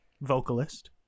Vocalist